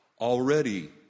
already